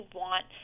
want